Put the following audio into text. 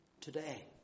today